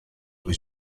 was